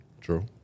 True